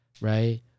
Right